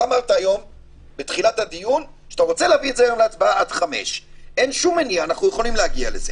אז תקנות מקומות העבודה מאפשרות שזה יהיה עד 50 אנשים עם מגבלות נוספות,